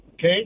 okay